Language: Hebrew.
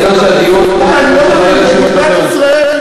אדוני סגן השר,